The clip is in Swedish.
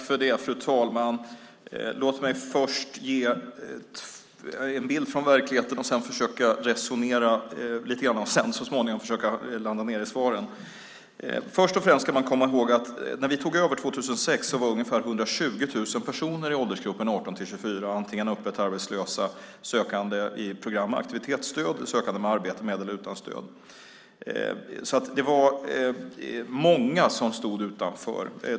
Fru talman! Låt mig först ge en bild från verkligheten och sedan försöka resonera lite grann och så småningom försöka landa i svaren! Först och främst ska man komma ihåg att när vi tog över 2006 var ungefär 120 000 i åldersgruppen 18-24 år öppet arbetslösa, sökande i program med aktivitetsstöd eller sökande med arbeten med eller utan stöd. Det var många som stod utanför.